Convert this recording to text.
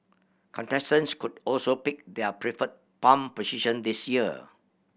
contestants could also pick their preferred palm position this year